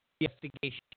investigation